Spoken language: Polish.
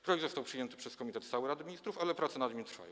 Projekt został przyjęty przez komitet stały Rady Ministrów, ale prace nad nim trwają.